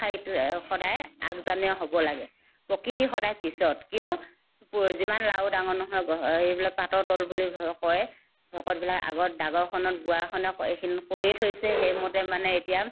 আগশাৰীত সদায় আগজানীয় হ'ব লাগে প্ৰকৃতি সদায় পিছত কিয় প যিমান লাও ডাঙৰ নহয় গ সেইবিলাক পাতৰ তল বুলি ভ কয় ভকতবিলাক আগত ডাঙৰ আসনত বুঢ়া আসনত এইখিনি কৈয়ে থৈছে সেইমতে মানে এতিয়া